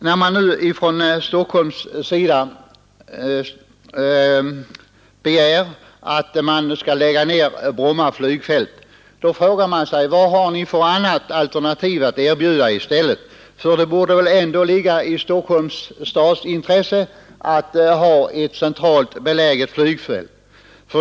Med anledning av kraven från Stockholmshåll att Bromma flygfält skall läggas ner frågar man sig vilket annat alternativ som kan erbjudas i stället. Det borde väl ändå ligga i Stockholms stads intresse att ha ett centralt beläget flygfält.